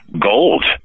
gold